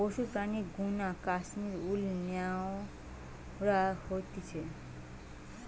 পশুর প্রাণীর গা নু কাশ্মীর উল ন্যাওয়া হতিছে